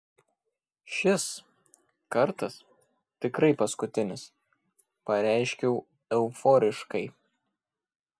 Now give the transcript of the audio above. šis kartas tikrai paskutinis pareiškiau euforiškai